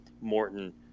Morton